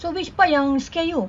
so which part yang scare you